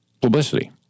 publicity